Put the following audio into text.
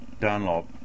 Dunlop